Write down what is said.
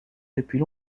depuis